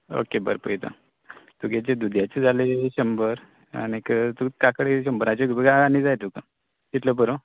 okay बरें पयता तुगेले ते दुदयाचें जाले शंबर आनीक तूं काकडी शंबराचे पुरो कांय आनी जाय तुका तितले पुरो